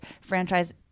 franchise